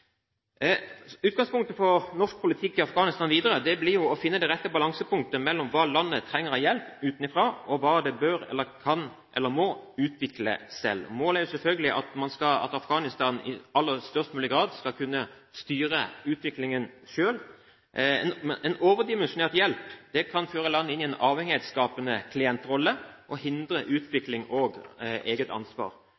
Utgangspunktet for norsk politikk i Afghanistan videre blir jo å finne det rette balansepunktet mellom hva landet trenger av hjelp utenfra, og hva det bør eller kan eller må utvikle selv. Målet er jo selvfølgelig at Afghanistan i størst mulig grad skal kunne styre utviklingen selv. En overdimensjonert hjelp kan føre landet inn i en avhengighetsskapende klientrolle og hindre